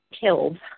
killed